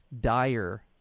dire